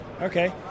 Okay